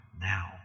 now